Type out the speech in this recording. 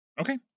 Okay